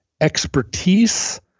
expertise